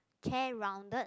chair rounded